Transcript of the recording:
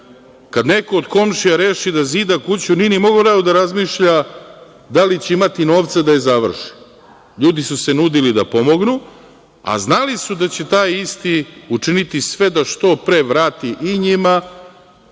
kada neko od komšija reši da zida kuću, nije morao da razmišlja da li će imati novca da je završi. Ljudi su se nudili da pomognu, a znali su da će taj isti učiniti sve da što pre vrati i njima,